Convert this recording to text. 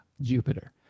Jupiter